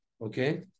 Okay